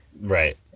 Right